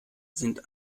sind